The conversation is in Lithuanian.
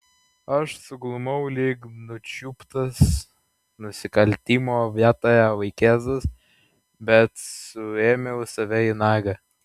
aš suglumau lyg nučiuptas nusikaltimo vietoje vaikėzas bet suėmiau save į nagą